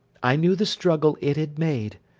i knew the struggle it had made.